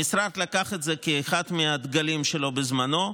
המשרד לקח את זה כאחד מהדגלים שלו בזמנו,